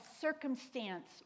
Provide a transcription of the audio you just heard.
circumstance